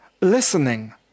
listening